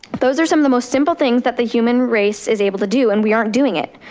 those are some of the most simple things that the human race is able to do and we aren't doing it.